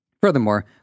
Furthermore